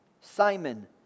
Simon